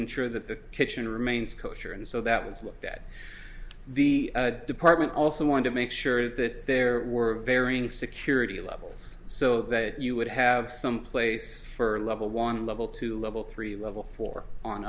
ensure that the key remains cocksure and so that was that the department also wanted to make sure that there were varying security levels so that you would have some place for level one level to level three level four on